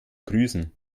grüßen